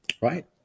right